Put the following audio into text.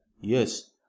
Yes